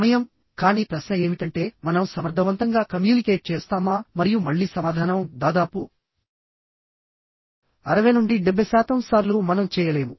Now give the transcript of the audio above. సమయం కానీ ప్రశ్న ఏమిటంటే మనం సమర్థవంతంగా కమ్యూనికేట్ చేస్తామా మరియు మళ్ళీ సమాధానం దాదాపు 60 నుండి 70 శాతం సార్లు మనం చేయలేము